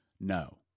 no